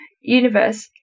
universe